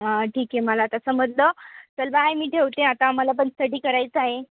हां ठीक आहे मला आता समजलं चल बाय मी ठेवते आता मला पण स्टडी करायचं आहे